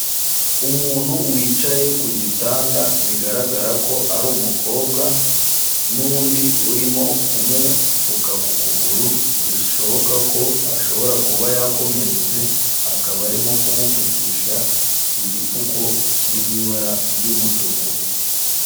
Umuntu wicaye ku gitanda bigaragara ko ari umukobwa n'undi urimo kumupfuka ku kuguru bishoboka ko ashobora kuba yakomeretse, akaba arimo kumupfukisha igipfuko kiri mu ibara ry'umutuku.